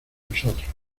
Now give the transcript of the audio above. nosotros